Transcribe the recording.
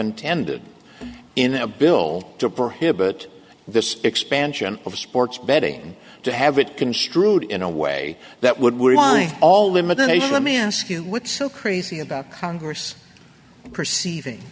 intended in a bill to prohibit this expansion of sports betting to have it construed in a way that would were all limited they let me ask you would so crazy about congress perceiving